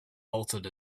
bolted